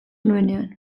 nuenean